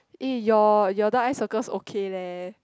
eh your your dark eye circles okay leh